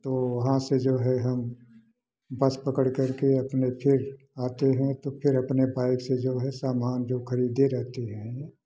तो वहाँ से जो है हम बस पकड़ कर के अपने फिर आते हैं तो फिर अपने बाइक से जो है समान जो खरीदे रहते हैं